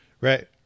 right